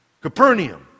Capernaum